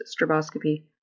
stroboscopy